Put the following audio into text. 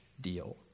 deal